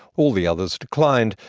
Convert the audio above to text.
all the others declined.